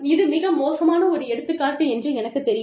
இது மிக மோசமான ஒரு எடுத்துக் காட்டு என்று எனக்கு தெரியும்